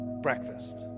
breakfast